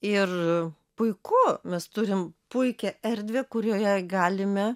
ir puiku mes turim puikią erdvę kurioje galime